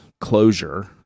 closure